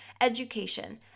education